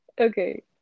okay